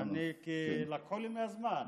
כי לקחו לי מהזמן.